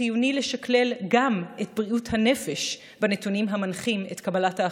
חיוני לשקלל גם את בריאות הנפש בנתונים המנחים את קבלת ההחלטות.